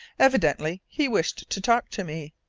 evidently he wished to talk to me,